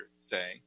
say